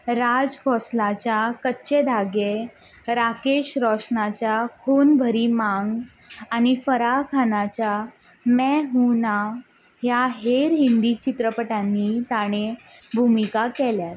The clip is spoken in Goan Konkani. राज खोसलाच्या कच्चे धागे राकेश रोशनाच्या खून भरी मांग आनी फरा खानाच्या मैं हूं ना ह्या हेर हिंदी चित्रपटांनी ताणें भुमिका केल्यात